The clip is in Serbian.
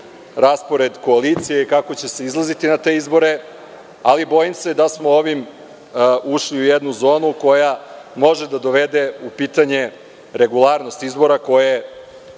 raspored koalicije i kako će se izlaziti na te izbore, ali bojim se da smo ovim ušli u jednu zonu koja može da dovede u pitanje regularnost izbora koje,